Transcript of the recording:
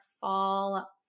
fall